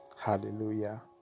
Hallelujah